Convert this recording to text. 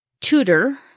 tutor